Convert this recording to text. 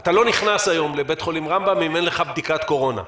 אתה לא נכנס היום לבית חולים רמב"ם אם אין לך בדיקת קורונה.